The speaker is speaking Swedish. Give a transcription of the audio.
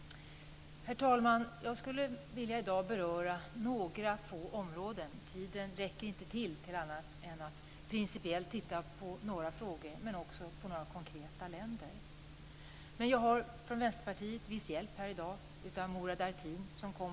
Herr talman! Jag skulle i dag vilja beröra några få områden. Tiden räcker inte till till annat än att principiellt titta på några frågor, men också på några konkreta länder. Men jag har viss hjälp här i dag från andra i Vänsterpartiet.